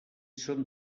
són